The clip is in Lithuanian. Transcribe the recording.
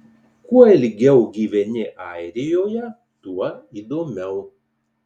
kuo ilgiau gyveni airijoje tuo įdomiau